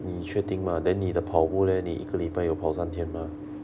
你确定 mah then 你的跑步 leh 你一个礼拜有跑三天吗